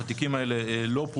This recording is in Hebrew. התיקים לא פוענחו,